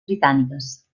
britàniques